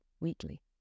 weekly